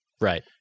right